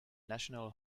national